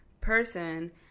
person